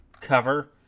cover